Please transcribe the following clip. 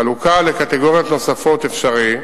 חלוקה לקטגוריות נוספות אפשרית,